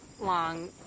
long